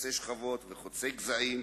חוצה שכבות וחוצה גזעים.